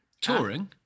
Touring